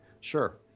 Sure